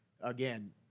Again